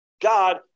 god